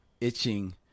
Itching